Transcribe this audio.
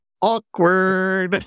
Awkward